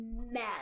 mad